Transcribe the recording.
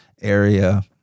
area